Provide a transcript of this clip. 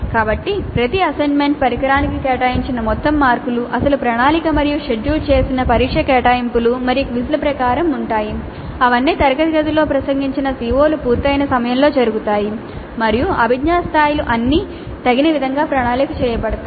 కాబట్టి ప్రతి అసెస్మెంట్ పరికరానికి కేటాయించిన మొత్తం మార్కులు అసలు ప్రణాళిక మరియు షెడ్యూల్ చేసిన పరీక్ష కేటాయింపులు మరియు క్విజ్ల ప్రకారం ఉంటాయి అవన్నీ తరగతి గదులలో ప్రసంగించిన CO లు పూర్తయిన సమయంలో జరుగుతాయి మరియు అభిజ్ఞా స్థాయిలు అన్నీ తగిన విధంగా ప్రణాళిక చేయబడతాయి